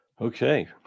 Okay